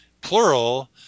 plural